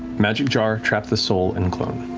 magic jar, trap the soul, and clone.